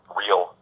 real